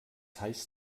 heißt